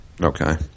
Okay